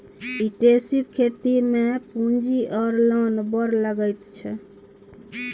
intensive खेती मे पुंजी आ जोन बड़ लगै छै